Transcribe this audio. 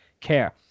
care